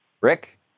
Rick